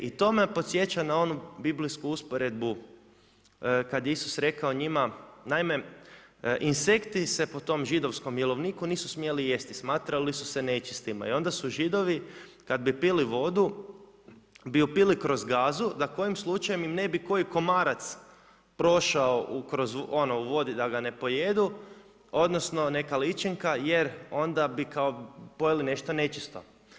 I to me podsjeća na onu biblijsku usporedbu kada je Isus rekao njima, naime insekti se po tom židovskom jelovniku nisu smjeli jesti, smatrali su se nečistima i onda su Židovi kada bi pili vodu bi ju pili kroz gazu da kojim slučajem im ne bi koji komarac prošao kroz, ono u vodi da ga ne pojedu, odnosno neka ličinka jer onda bi kao pojeli nešto nečisto.